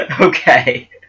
Okay